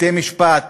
בתי-משפט